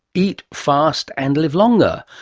eat, fast and live longer?